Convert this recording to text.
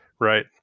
Right